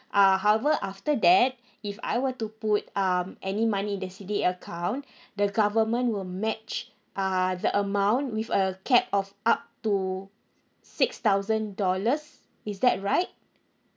uh however after that if I were to put um any money in the C_D_A account the government will match err the amount with err cap of up to s~ six thousand dollars is that right